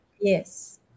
Yes